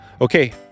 okay